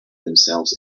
themselves